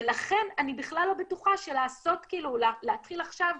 ולכן אני בכלל לא בטוחה שלהתחיל עכשיו,